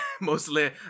Mostly